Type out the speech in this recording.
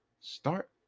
Start